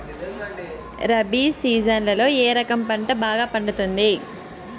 రబి సీజన్లలో ఏ రకం పంట బాగా పండుతుంది